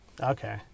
okay